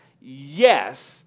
yes